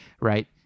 right